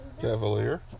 Cavalier